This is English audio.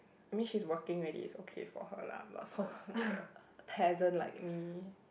I mean she's working already so okay for her lah but for like peasant like me